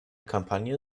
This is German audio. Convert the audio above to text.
kampagne